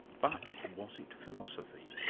but, was it philosophy?